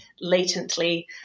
latently